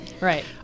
Right